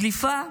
דליפה,